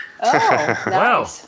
Wow